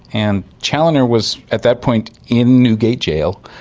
and chaloner was at that point in newgate jail,